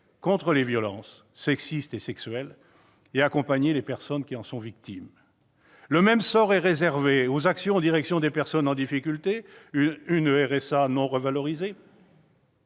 contre les violences sexistes et sexuelles et accompagner les personnes qui en sont victimes. Le même sort est réservé aux actions en direction des personnes en difficulté. Le RSA n'est pas revalorisé